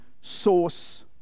source